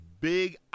Big